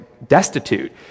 destitute